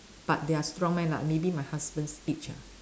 but they are strong man ah maybe my husband's age ah